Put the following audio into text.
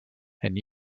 and